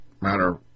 Matter